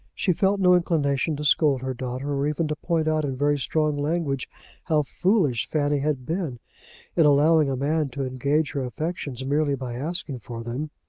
she felt no inclination to scold her daughter, or even to point out in very strong language how foolish fanny had been in allowing a man to engage her affections merely by asking for them.